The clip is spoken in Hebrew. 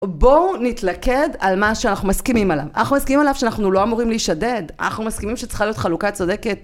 בואו נתלקד על מה שאנחנו מסכימים עליו, אנחנו מסכימים עליו שאנחנו לא אמורים להישדד, אנחנו מסכימים שצריכה להיות חלוקה צודקת